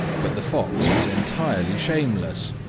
but the fox was entirely shameless.